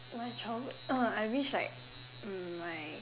my childhood ah I wish like my